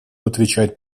отвечать